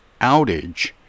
outage